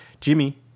Jimmy